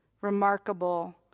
remarkable